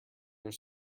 are